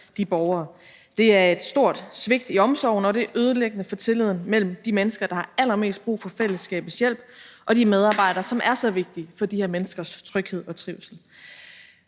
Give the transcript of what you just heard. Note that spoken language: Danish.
de borgere. Det er et stort svigt i omsorgen, og det er ødelæggende for tilliden mellem de mennesker, der har allermest brug for fællesskabets hjælp, og de medarbejdere, som er så vigtige for de her menneskers tryghed og trivsel.